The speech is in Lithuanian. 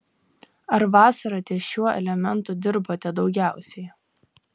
ar vasarą ties šiuo elementu dirbote daugiausiai